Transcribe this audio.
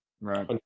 Right